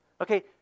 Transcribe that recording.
Okay